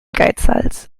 geizhals